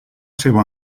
seua